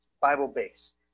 Bible-based